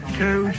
two